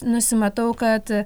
nusimatau kad